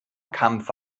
kampfe